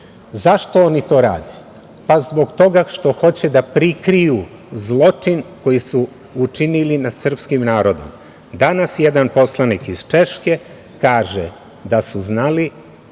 bruka.Zašto oni to rade? Zbog toga što hoće da prikriju zločin koji su učinili nad srpskim narodom. Danas jedan poslanik iz Češke kaže da su znali